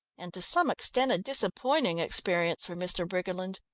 and to some extent, a disappointing experience for mr. briggerland.